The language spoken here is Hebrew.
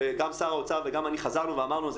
וגם שר האוצר וגם אני חזרנו ואמרנו.